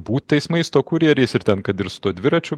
būt tais maisto kurjeriais ir ten kad ir su tuo dviračiu